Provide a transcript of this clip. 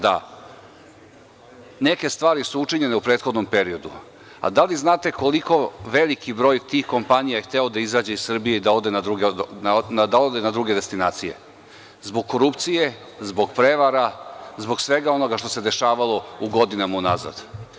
Da, neke stvari su učinjene u prethodnom periodu, ali da li znate koliko veliki broj tih kompanija je hteo da izađe iz Srbije i da ode na druge destinacije, zbog korupcije, zbog prevara, zbog svega onoga što se dešavalo u godinama unazad?